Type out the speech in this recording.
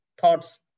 thoughts